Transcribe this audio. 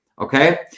Okay